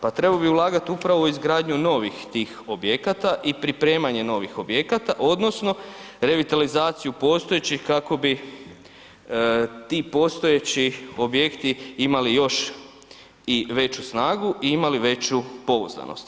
Pa trebao bi ulagati upravo u izgradnju novih tih objekata i pripremanje novih objekata odnosno revitalizaciju postojećih kako bi ti postojeći objekti imali još i veću snagu i imali veću pouzdanost.